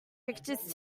pictures